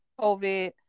COVID